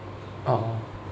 (uh huh)